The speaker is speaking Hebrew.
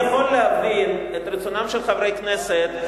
אני יכול להבין את רצונם של חברי כנסת,